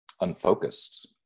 unfocused